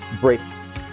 breaks